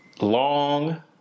long